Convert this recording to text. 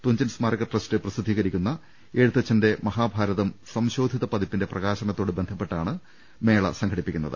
തുഞ്ചൻ സ്മാരക ട്രസ്റ്റ് പ്രസിദ്ധീകരി ക്കുന്ന എഴുത്തച്ഛന്റെ മഹാഭാരതം സംശോധിത പതിപ്പിന്റെ പ്രകാശന ത്തോട് ബന്ധപ്പെട്ടാണ് മഹാഭാരതമേള സംഘടിപ്പിക്കുന്നത്